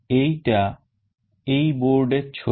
এইটা এই board এর ছবি